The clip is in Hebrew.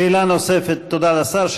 שאלה נוספת, תודה לשר.